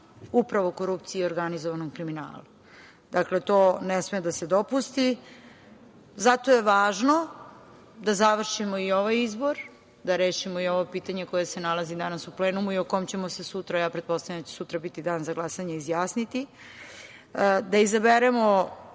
upravo korupcije i organizovanom, kriminalu. Dakle, to ne sme da se dopusti. Zato je važno da završimo i ovaj izbor, da rešimo i ovo pitanje koje se nalazi danas u plenumu i o kome ćemo se sutra, pretpostavljam da će sutra biti dan za glasanje, izjasniti. Da izaberemo